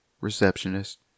receptionist